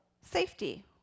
safety